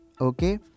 okay